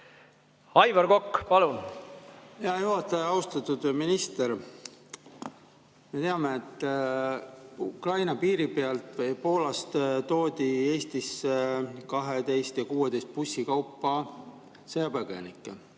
Aivar Kokk, palun! Hea juhataja! Austatud minister! Me teame, et Ukraina piiri pealt või Poolast toodi Eestisse 12 ja 16 bussi kaupa sõjapõgenikke.